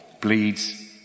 bleeds